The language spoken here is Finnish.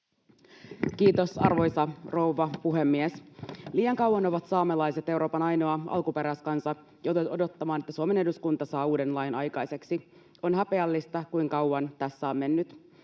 Kiitos, arvoisa rouva puhemies! Liian kauan ovat saamelaiset, Euroopan ainoa alkuperäiskansa, joutuneet odottamaan, että Suomen eduskunta saa uuden lain aikaiseksi. On häpeällistä, kuinka kauan tässä on mennyt.